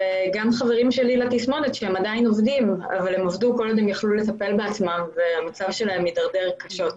חברים לתסמונת שעבדו כל עוד יכלו אבל עכשיו המצב שלהם מידרדר קשות.